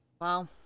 Wow